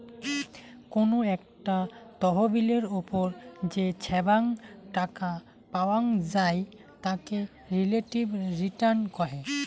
কোনো একটা তহবিলের ওপর যে ছাব্যাং টাকা পাওয়াং যাই তাকে রিলেটিভ রিটার্ন কহে